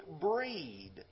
breed